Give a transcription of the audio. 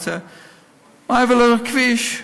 מעבר לכביש,